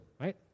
right